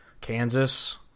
Kansas